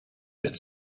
that